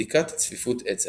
בדיקת צפיפות עצם.